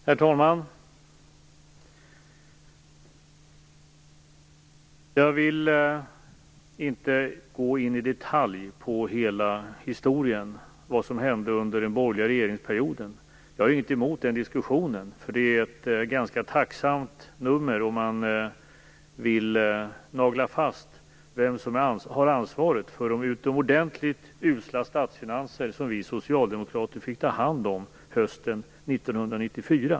Herr talman! Jag vill inte i detalj gå in på hela historien om vad som hände under den borgerliga regeringsperioden. Jag har inget emot den diskussionen, för den är ett ganska tacksamt nummer om man vill nagla fast vem som har ansvaret för de utomordentligt usla statsfinanser som vi socialdemokrater fick ta hand om hösten 1994.